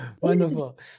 Wonderful